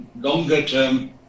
longer-term